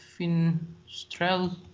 Finstrel